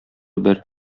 бер